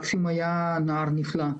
מקסים היה נער נפלא.